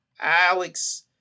Alex